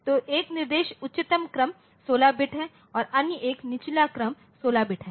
तो एक निर्देश उच्चतर क्रम 16 बिट है और अन्य एक निचला क्रम 16 बिट है